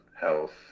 health